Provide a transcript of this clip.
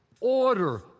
order